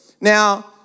Now